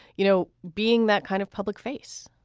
you know, being that kind of public face?